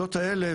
והוועדות האלה,